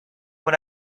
what